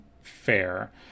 fair